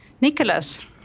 Nicholas